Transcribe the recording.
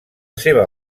seva